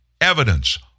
evidence